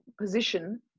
position